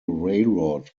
railroad